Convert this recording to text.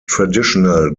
traditional